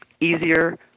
easier